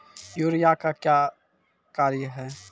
Urea का क्या कार्य हैं?